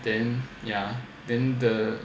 then ya then the